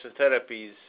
therapies